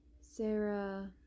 Sarah